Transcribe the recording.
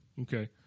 okay